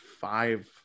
five